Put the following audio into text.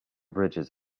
bridges